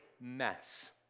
mess